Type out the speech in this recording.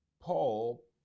Paul